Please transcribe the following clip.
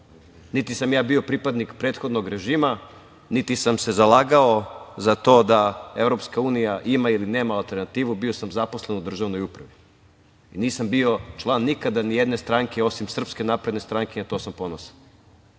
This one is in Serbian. Niti sam bio pripadnik prethodnog režima, niti sam se zalagao za to da EU ima ili nema alternativu, bio sam zaposlen u državnoj upravi. Nisam bio član nikada nijedne stranke osim SNS, a na to sam ponosan.